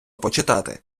почитати